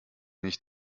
nicht